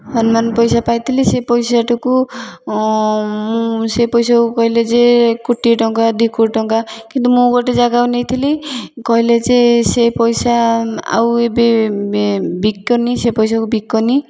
ହନୁମାନ ପଇସା ପାଇଥିଲି ସେ ପଇସାଟାକୁ ମୁଁ ସେ ପଇସାକୁ କହିଲେ ଯେ କୋଟିଏ ଟଙ୍କା ଦୁଇକୋଟି ଟଙ୍କା କିନ୍ତୁ ମୁଁ ଗୋଟେ ଜାଗାକୁ ନେଇଥିଲି କହିଲେ ଯେ ସେ ପଇସା ଆଉ ଏବେ ବି ବିକନି ସେ ପଇସାକୁ ବିକନି